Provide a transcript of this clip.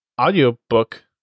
audiobook